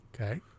Okay